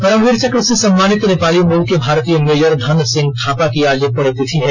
परमवीर चक्र से सम्मानित नेपाली मुल के भारतीय मेजर धन सिंह थापा की आज पुण्य तिथि है